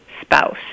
spouse